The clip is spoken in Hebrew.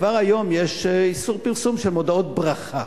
כבר היום יש איסור פרסום של מודעות ברכה.